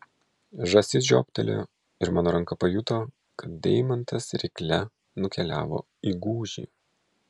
žąsis žioptelėjo ir mano ranka pajuto kad deimantas rykle nukeliavo į gūžį